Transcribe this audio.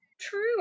True